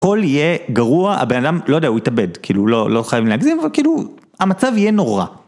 כל יהיה גרוע הבן אדם לא יודע הוא יתאבד כאילו לא חייב להגזים אבל כאילו המצב יהיה נורא.